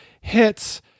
hits